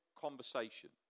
conversation